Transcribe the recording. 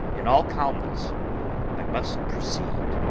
in all calmness i must proceed.